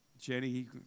Jenny